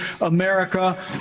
America